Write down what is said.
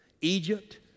Egypt